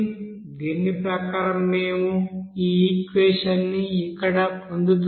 దీని ప్రకారం మేము ఈ ఈక్వెషన్ ని ఇక్కడ పొందుతున్నాము